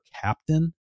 captain